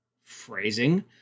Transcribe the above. phrasing